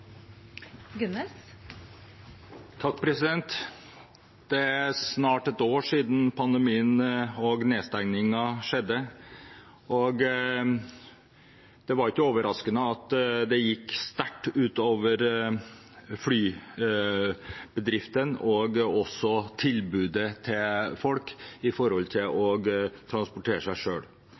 snart ett år siden pandemien kom og nedstengningen skjedde, og det var ikke overraskende at det gikk sterkt ut over bedriftene og også tilbudet til folk når det gjelder å transportere seg